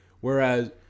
Whereas